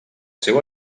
seu